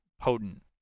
potent